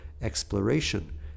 exploration